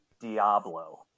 Diablo